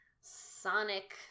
Sonic